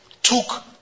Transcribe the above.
Took